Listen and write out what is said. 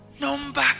number